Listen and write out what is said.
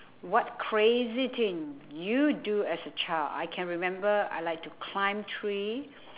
what crazy thing you do as a child I can remember I like to climb tree